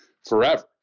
forever